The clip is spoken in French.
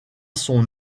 son